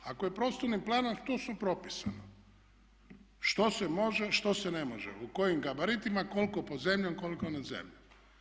Ako je prostornim planom točno propisano što se može, što se ne može, u kojim gabaritima, koliko pod zemljom, koliko nad zemljom.